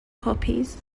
copies